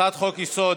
הצעת חוק-יסוד: